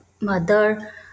mother